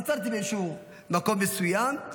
עצרתי באיזשהו מקום מסוים,